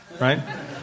right